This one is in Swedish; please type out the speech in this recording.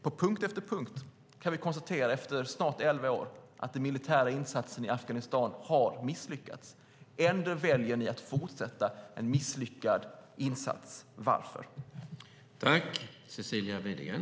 På punkt efter punkt kan vi efter snart elva år konstatera att den militära insatsen i Afghanistan har misslyckats. Ändå väljer ni att fortsätta med en misslyckad insats. Varför gör ni det?